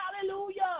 Hallelujah